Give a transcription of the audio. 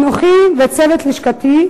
אנוכי וצוות לשכתי,